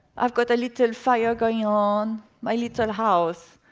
i've got a little fire going on, my little house.